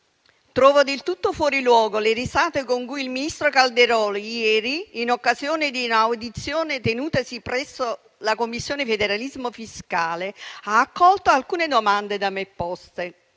trovo del tutto fuori luogo le risate con cui il ministro Calderoli, ieri, in occasione di un'audizione tenutasi presso la Commissione parlamentare per l'attuazione del federalismo fiscale, ha accolto alcune domande da me poste.